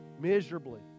miserably